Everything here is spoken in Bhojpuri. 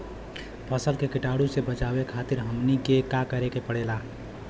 फसल के कीटाणु से बचावे खातिर हमनी के का करे के पड़ेला?